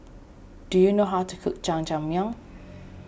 do you know how to cook Jajangmyeon